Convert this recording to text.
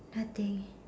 nothing